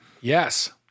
Yes